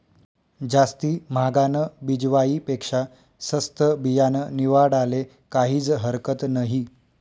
जास्ती म्हागानं बिजवाई पेक्शा सस्तं बियानं निवाडाले काहीज हरकत नही